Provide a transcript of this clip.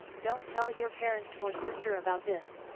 don't tell your parents or sister about this,